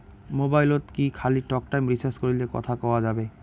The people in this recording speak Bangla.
মোবাইলত কি খালি টকটাইম রিচার্জ করিলে কথা কয়া যাবে?